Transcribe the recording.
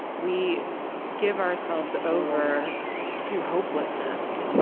we give ourselves over to hopelessness.